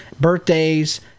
birthdays